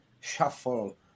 shuffle